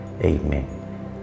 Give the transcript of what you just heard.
Amen